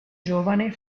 giovane